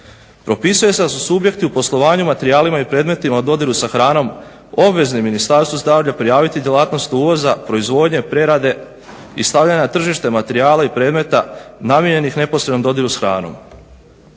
Propisuje se da su subjekti u poslovanju materijalima i predmetima u dodiru sa hranom obvezni Ministarstvu zdravlja prijaviti djelatnost uvoza, proizvodnje, prerade i stavljanje na tržište materijala i predmeta namijenjenih neposrednom dodiru s hranom.